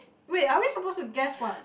wait are we suppose to guess what